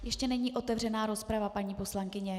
Ještě není otevřená rozprava, paní poslankyně.